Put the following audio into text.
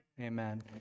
Amen